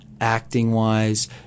acting-wise—